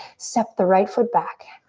step the right foot back.